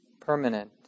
permanent